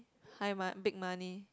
hide my big money